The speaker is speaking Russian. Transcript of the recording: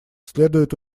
следует